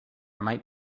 might